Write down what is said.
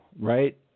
right